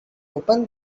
open